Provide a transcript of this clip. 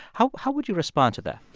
how how would you respond to that?